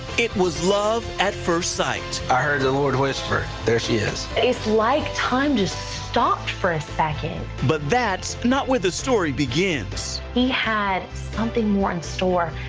it was love at first sight. i heard the lord whisper, there she is. it is like time just stopped for a second. but that's not where the story begins. he had something more in store,